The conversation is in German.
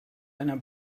einer